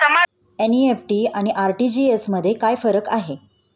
NEFT आणि RTGS मध्ये काय फरक आहे?